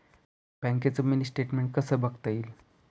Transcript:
बँकेचं mini statement कसं बघता येईल?